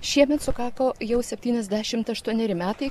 šiemet sukako jau septyniasdešimt aštuoneri metai